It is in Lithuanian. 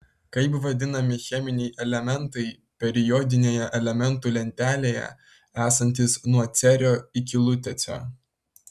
kaip vadinami cheminiai elementai periodinėje elementų lentelėje esantys nuo cerio iki lutecio